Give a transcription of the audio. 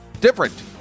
different